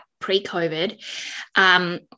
pre-COVID